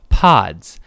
pods